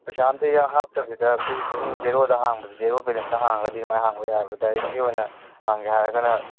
ꯄꯩꯁꯥ ꯑꯃꯠꯇ ꯍꯥꯞꯇꯕꯤꯗ ꯑꯩꯈꯣꯏꯒꯤ ꯁꯨꯝ ꯖꯦꯔꯣꯗꯥ ꯍꯥꯡꯕꯗꯣ ꯖꯦꯔꯣ ꯕꯦꯂꯦꯟꯁꯇ ꯍꯥꯡꯂꯒꯗꯤ ꯑꯗꯨꯃꯥꯏꯅ ꯍꯥꯡꯕ ꯌꯥꯏꯕ ꯗꯥꯏꯔꯦꯛꯀꯤ ꯑꯣꯏꯅ ꯍꯥꯡꯒꯦ ꯍꯥꯏꯔꯒꯅ